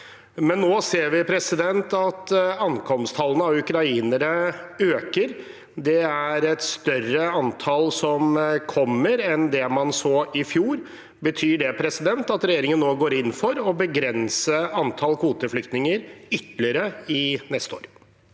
noe. Nå ser vi imidlertid at ankomsttallene av ukrainere øker. Det er et større antall som kommer enn det man så i fjor. Betyr det at regjeringen nå går inn for å begrense antall kvoteflyktninger ytterligere neste år?